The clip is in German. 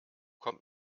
kommt